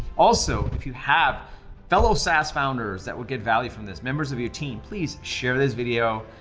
also, if you have fellow sas founders that would get value from this, members of your team, please share this video,